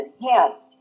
enhanced